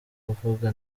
kuvuga